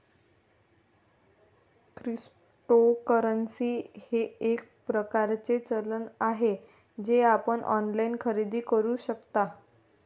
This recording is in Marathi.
क्रिप्टोकरन्सी हे एक प्रकारचे चलन आहे जे आपण ऑनलाइन खरेदी करू शकता